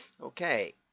Okay